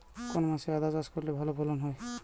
কোন মাসে আদা চাষ করলে ভালো ফলন হয়?